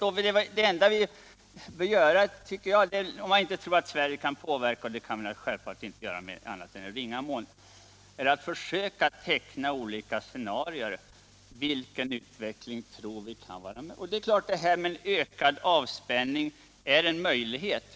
Om vi inte tror att Sverige kan påverka — och det kan vi självfallet inte göra annat än i mycket ringa mån — så är det enda vi kan göra att försöka teckna olika scenarier: Vilken utveckling tror vi det kan bli? Och det är klart att detta med ökad avspänning är en möjlighet.